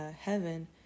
heaven